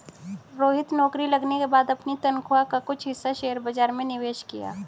रोहित नौकरी लगने के बाद अपनी तनख्वाह का कुछ हिस्सा शेयर बाजार में निवेश किया